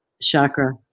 chakra